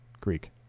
greek